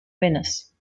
venice